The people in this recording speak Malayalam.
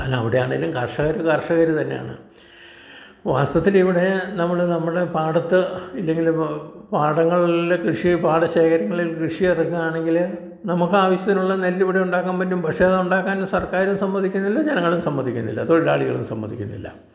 അല്ല അവിടെ ആണെങ്കിലും കർഷകർ കർഷകർ തന്നെയാണ് വാസ്തവത്തിൽ ഇവിടെ നമ്മൾ നമ്മുടെ പാടത്ത് ഇല്ലെങ്കിൽ ഇപ്പോൾ പാടങ്ങളിലെ കൃഷി പാടശേഖരങ്ങളിലെ കൃഷി ഇറക്കുകയാണെങ്കിൽ നമുക്ക് ആവശ്യത്തിനുള്ള നെല്ലിവിടെ ഉണ്ടാക്കാൻ പറ്റും പക്ഷേ അതുണ്ടാക്കാൻ സർക്കാരും സമ്മതിക്കുന്നില്ല ജെനങ്ങളും സമ്മതിക്കുന്നില്ല തൊഴിലാളികളും സമ്മതിക്കുന്നില്ല